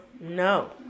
No